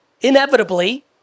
inevitably